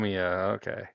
Okay